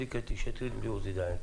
בלי קטי שטרית ובלי עוזי דיין.